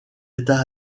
états